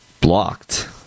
blocked